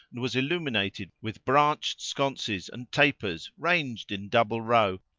and was illuminated with branches sconces and tapers ranged in double row,